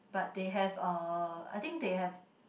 but they have uh I think they have